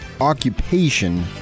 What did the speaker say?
occupation